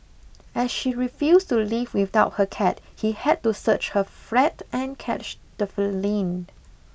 as she refused to leave without her cat he had to search her flat and catch the feline